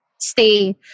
stay